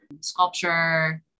sculpture